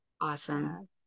Awesome